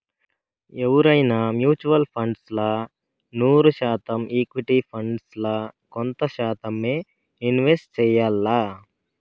ఎవువైనా mutual funds ల నూరు శాతం ఈక్విటీ ఫండ్స్ ల కొంత శాతమ్మే ఇన్వెస్ట్ చెయ్యాల్ల